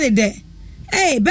hey